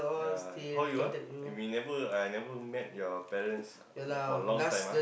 ya how you are we never I never meet your parents for a long time ah